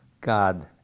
God